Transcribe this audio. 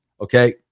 Okay